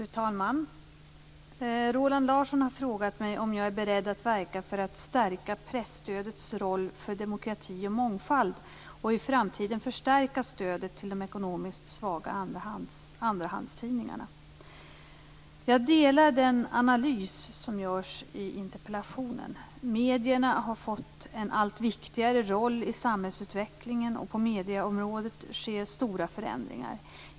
Fru talman! Roland Larsson har frågat mig om jag är beredd att verka för att stärka presstödets roll för demokrati och mångfald och i framtiden förstärka stödet till de ekonomiskt svaga andrahandstidningarna. Jag instämmer i den analys som görs i interpellationen. Medierna har fått en allt viktigare roll i samhällsutvecklingen, och på medieområdet sker stora förändringar.